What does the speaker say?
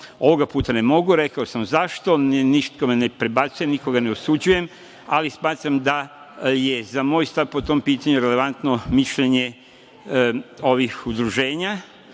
Ovoga puta ne mogu. Rekao sam zašto. Nikome ne prebacujem, nikoga ne osuđujem, ali smatram da je za moj stav po tom pitanju relevantno mišljenje ovih udruženja